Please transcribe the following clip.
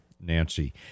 Nancy